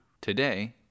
today